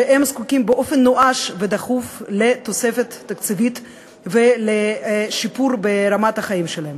והם זקוקים באופן נואש ודחוף לתוספת תקציבית ולשיפור ברמת החיים שלהם,